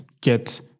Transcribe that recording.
get